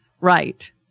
Right